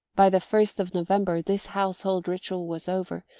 by the first of november this household ritual was over,